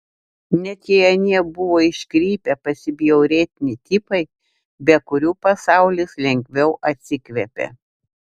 net jei anie buvo iškrypę pasibjaurėtini tipai be kurių pasaulis lengviau atsikvėpė